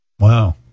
Wow